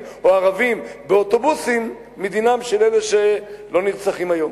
או ערבים באוטובוסים מדינם של אלה שלא נרצחים היום?